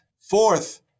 Fourth